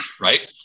Right